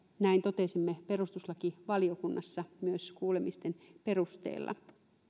näin totesimme perustuslakivaliokunnassa myös kuulemisten perusteella